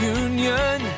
union